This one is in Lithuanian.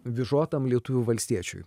vyžotam lietuviui valstiečiui